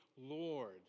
Lord